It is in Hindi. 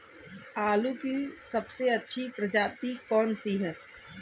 आलू की सबसे अच्छी प्रजाति कौन सी है?